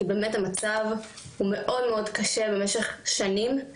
כי באמת המצב הוא מאוד מאוד קשה במשך שנים.